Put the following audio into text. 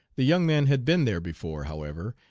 the young man had been there before however,